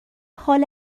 حال